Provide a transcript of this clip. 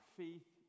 faith